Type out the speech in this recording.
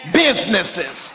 businesses